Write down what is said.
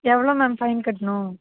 எவ்வளோ ma'am fine கட்டணும்